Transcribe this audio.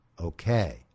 okay